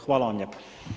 Hvala vam lijepa.